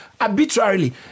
arbitrarily